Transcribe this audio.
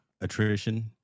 attrition